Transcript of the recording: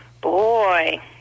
Boy